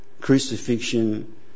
crucifixion